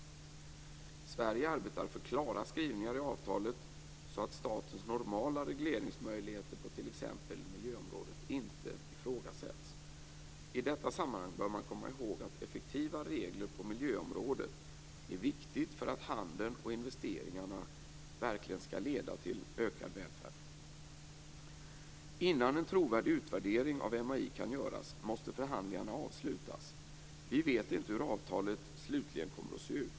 Sverige arbetar för klara skrivningar i avtalet så att statens normala regleringsmöjligheter på t.ex. miljöområdet inte ifrågasätts. I detta sammanhang bör man komma ihåg att effektiva regler på miljöområdet är viktiga för att handeln och investeringarna verkligen skall leda till ökad välfärd. Innan en trovärdig utvärdering av MAI kan göras måste förhandlingarna avslutas. Vi vet inte hur avtalet slutligen kommer att se ut.